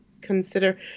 consider